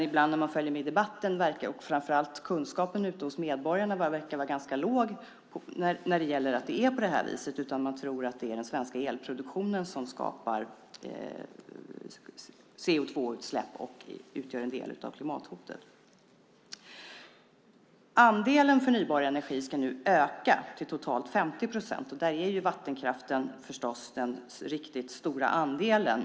Ibland när man följer med i debatten men framför allt ute hos medborgarna verkar kunskapen vara ganska låg när det gäller att det är på det här viset. Man tror att det är den svenska elproduktionen som skapar CO2-utsläpp och utgör en del av klimathotet. Andelen förnybar energi ska nu öka till totalt 50 procent. Där är vattenkraften förstås den riktigt stora andelen.